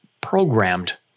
programmed